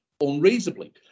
unreasonably